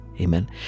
Amen